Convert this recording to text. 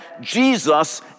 Jesus